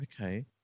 okay